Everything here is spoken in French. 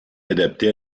adapté